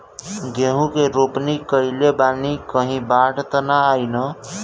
गेहूं के रोपनी कईले बानी कहीं बाढ़ त ना आई ना?